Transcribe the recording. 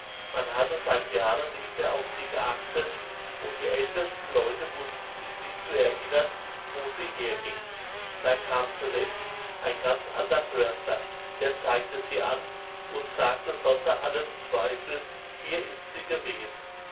man hatte seit jahren nicht mehr auf sie geachtet und die ältesten leute wußten sich nicht zu erinnern wo sie herging da kam zuletzt ein ganz alter förster der zeigte sie an und sagte sonder allem zweifel hier ist sie gewesen